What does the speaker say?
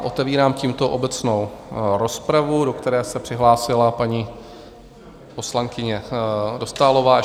Otevírám tímto obecnou rozpravu, do které se přihlásila paní poslankyně Dostálová.